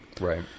Right